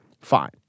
Fine